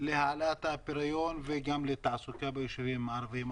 להעלאת הפריון וגם לתעסוקה ביישובים הערביים.